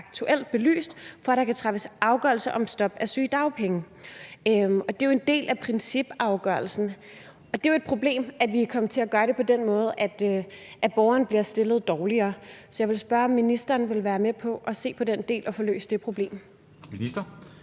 aktuelt belyst, for at der kan træffes afgørelse om stop af sygedagpenge. Det er jo en del af principafgørelsen, og det er et problem, at vi er kommet til at gøre det på den måde, at borgeren bliver stillet dårligere. Så jeg vil spørge, om ministeren vil være med på at se på den del og få løst det problem.